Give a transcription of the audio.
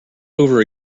over